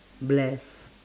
bless